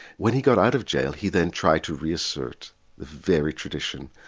when he got out of goal he then tried to reassert the very traditional,